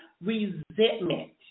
resentment